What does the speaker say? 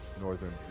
northern